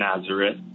Nazareth